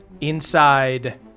inside